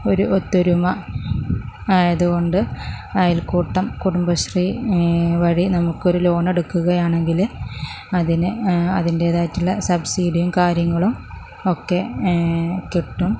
ഒരു ഒത്തൊരുമ ആയതുകൊണ്ട് അയൽക്കൂട്ടം കുടുംബശ്രീ വഴി നമുക്കൊരു ലോണെടുക്കുകയാണെങ്കില് അതിന് അതിന്റേതായിട്ടുള്ള സബ്സീഡിയും കാര്യങ്ങളും ഒക്കെ കിട്ടും